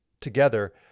together